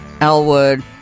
Elwood